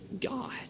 God